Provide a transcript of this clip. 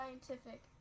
scientific